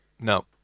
No